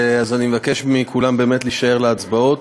אז אני מבקש מכולם באמת להישאר להצבעות.